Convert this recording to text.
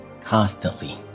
constantly